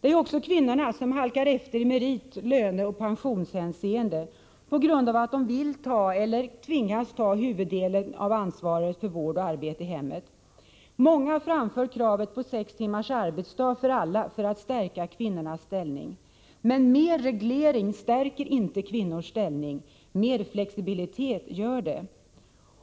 Det är också kvinnorna som halkar efter i merit-, löneoch pensionshänseende, på grund av att de vill eller tvingas ta huvuddelen av ansvaret för vård och arbete i hemmet. Många framför kravet på sex timmars arbetsdag för alla för att stärka kvinnornas ställning. Men mer reglering stärker inte kvinnornas ställning; mer flexibilitet gör det.